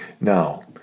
now